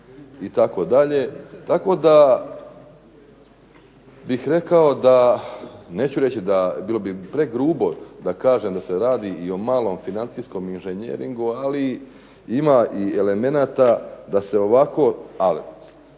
kuna itd. Tako da bih rekao da, neću reći da, bilo bi pregrubo da kažem da se radi i o malom financijskom inženjeringu, ali ima i elemenata da se ovako to